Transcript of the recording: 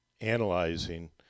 analyzing